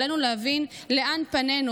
עלינו להבין לאן פנינו,